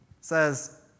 says